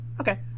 Okay